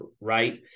right